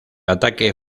ataque